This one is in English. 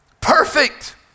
perfect